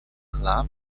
club